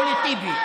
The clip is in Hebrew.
לא לטיבי.